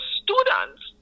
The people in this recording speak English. students